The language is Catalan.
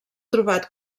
trobat